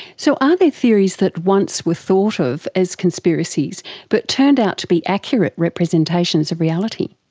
so are there theories that once were thought of as conspiracies but turned out to be accurate representations of reality?